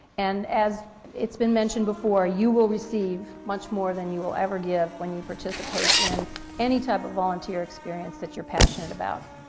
and as it's been mentioned before, you will receive much more than you will ever give when you participate in any type of volunteer experience that you're passionate about.